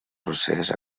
procés